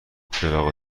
چراغ